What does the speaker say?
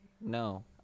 No